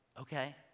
Okay